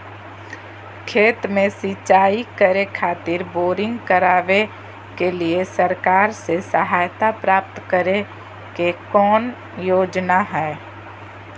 खेत में सिंचाई करे खातिर बोरिंग करावे के लिए सरकार से सहायता प्राप्त करें के कौन योजना हय?